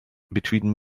between